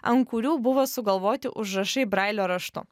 an kurių buvo sugalvoti užrašai brailio raštu